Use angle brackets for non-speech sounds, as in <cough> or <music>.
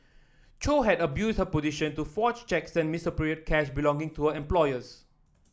chow had abused her position to forge cheques <unintelligible> cash belonging to her employers